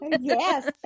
Yes